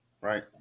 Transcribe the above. right